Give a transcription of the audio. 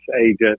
agent